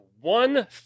one